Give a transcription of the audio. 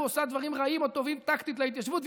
עושה דברים רעים או טובים טקטית להתיישבות.